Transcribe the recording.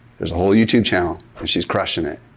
there's a whole youtube channel, and she's crushing it.